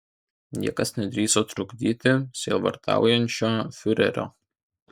niekas nedrįso trukdyti sielvartaujančio fiurerio